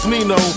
Nino